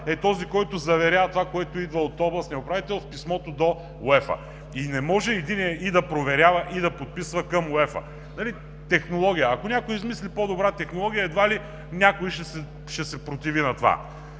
е този, който заверява това, което идва от областния управител в писмото до УЕФА. Не може единият и да проверява, и да подписва към УЕФА – нали, технология. Ако някой измисли по-добра технология, едва ли някой ще се противи на това.